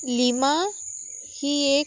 lima ही एक